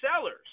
sellers